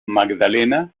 magdalena